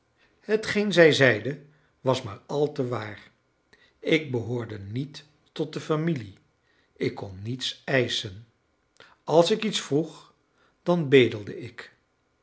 hetgeen zij zeide was maar al te waar ik behoorde niet tot de familie ik kon niets eischen als ik iets vroeg dan bedelde ik